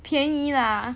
便宜 lah